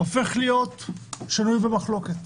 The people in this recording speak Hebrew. הופך להיות שינוי במחלוקת.